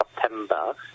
September